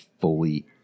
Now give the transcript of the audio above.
fully